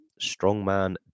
strongman